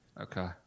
Okay